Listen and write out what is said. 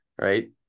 Right